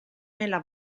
nella